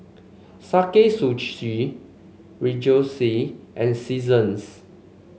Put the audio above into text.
Sakae Sushi Rejoice and Seasons